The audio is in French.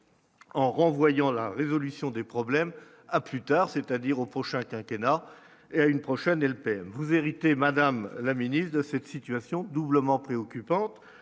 En renvoyant la résolution des problèmes à plus tard, c'est-à-dire au prochain quinquennat et à une prochaine LPM vous héritez madame la ministre, de cette situation doublement préoccupante